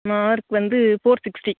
mark வந்து four sixty